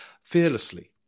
fearlessly